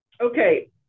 okay